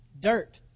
dirt